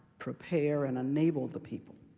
prepare, and enable the people